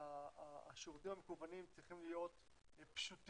השירותים המקוונים צריכים להיות פשוטים,